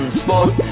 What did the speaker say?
sport